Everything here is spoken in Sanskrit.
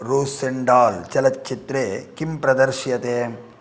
रूस् एण्ड् आल् चलच्चित्रे किं प्रदर्श्यते